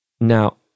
Now